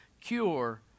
cure